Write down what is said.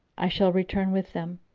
i shall return with them,